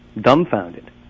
Dumbfounded